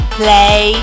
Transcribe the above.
play